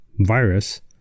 virus